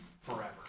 forever